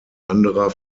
anderer